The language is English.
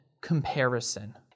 comparison